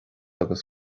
agus